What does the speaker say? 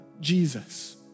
Jesus